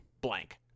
blank